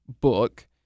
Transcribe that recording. book